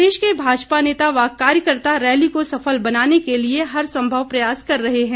प्रदेश के भाजपा नेता व कार्यकर्ता रैली को सफल बनाने के लिए हरसंभव प्रयास कर रहे हैं